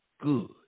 good